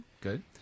good